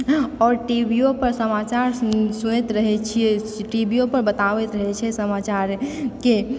आओर T V पर समाचार सुनैत रहै छियै टी वियो पर बताबैत रहै छै समाचारके